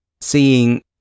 seeing